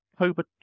October